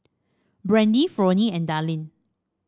Brandy Fronie and Dallin